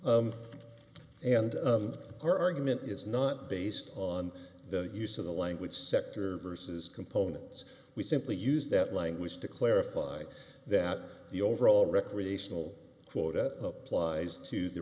and our argument is not based on the use of the language sector versus components we simply use that language to clarify that the overall recreational quota applies to the